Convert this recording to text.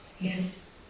Yes